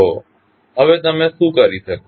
તો હવે તમે શું કરી શકો